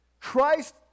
Christ